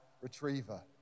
retriever